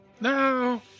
No